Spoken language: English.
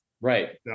Right